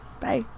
bye